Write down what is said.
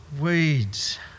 Weeds